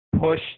push